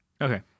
Okay